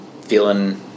feeling